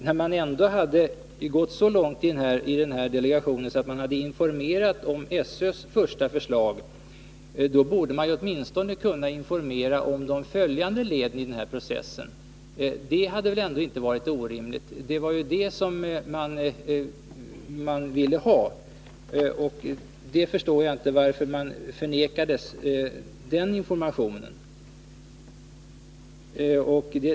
När man ändå hade gått så långt i denna delegation, att man hade informerat om SÖ:s första förslag, borde man åtminstone kunna också informera om de följande leden i denna process. Det hade väl ändå inte varit orimligt. Det var den informationen de här ledamöterna ville ha. Jag förstår inte varför de förnekades den.